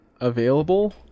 available